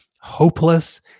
hopeless